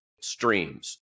streams